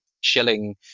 shilling